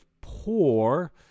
poor